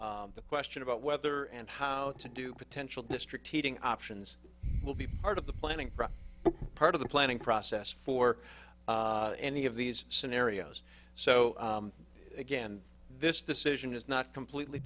the question about whether and how to do potential district heating options will be part of the planning part of the planning process for any of these scenarios so again this decision is not completely